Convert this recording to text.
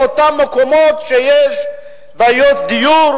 באותם מקומות שיש בעיות דיור,